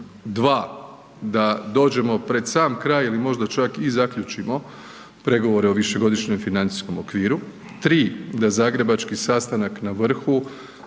dva da dođemo pred sam kraj ili možda čak i zaključimo pregovore o višegodišnjem financijskom okviru, tri da zagrebački sastanak na vrhu